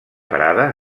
parada